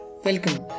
Welcome